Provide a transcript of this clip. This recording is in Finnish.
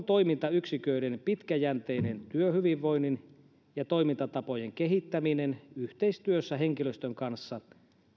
toimintayksiköiden pitkäjänteinen työhyvinvoinnin ja toimintatapojen kehittäminen yhteistyössä henkilöstön kanssa